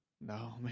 No